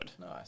nice